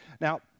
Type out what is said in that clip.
Now